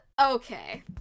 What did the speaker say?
okay